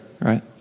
right